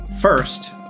First